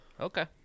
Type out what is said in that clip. Okay